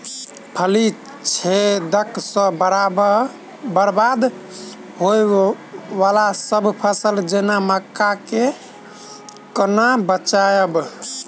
फली छेदक सँ बरबाद होबय वलासभ फसल जेना मक्का कऽ केना बचयब?